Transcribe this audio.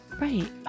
Right